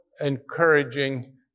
encouraging